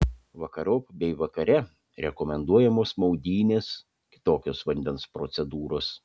vakarop bei vakare rekomenduojamos maudynės kitokios vandens procedūros